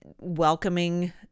welcoming